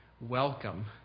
welcome